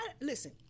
Listen